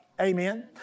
amen